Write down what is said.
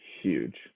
huge